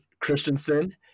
Christensen